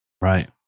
right